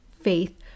faith